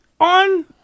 On